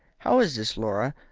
how is this, laura?